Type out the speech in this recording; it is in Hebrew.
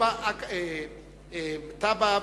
טאבה ואל-בורג'